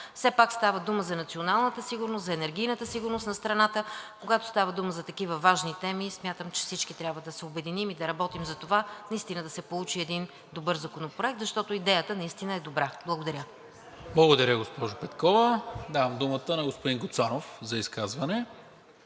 все пак става дума за националната сигурност, за енергийната сигурност на страната. Когато става дума за такива важни теми, смятам, че всички трябва да се обединим и да работим за това наистина да се получи един добър законопроект, защото идеята наистина е добра. Благодаря. ПРЕДСЕДАТЕЛ НИКОЛА МИНЧЕВ: Благодаря, госпожо Петкова. Давам думата на господин Гуцанов за изказване.